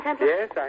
Yes